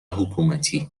حکومتی